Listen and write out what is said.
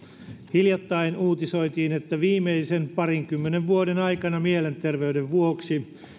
hiljattain uutisoitiin että viimeisen parinkymmenen vuoden aikana mielenterveyden vuoksi